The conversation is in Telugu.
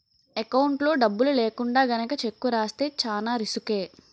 ఎకౌంట్లో డబ్బులు లేకుండా గనక చెక్కు రాస్తే చానా రిసుకే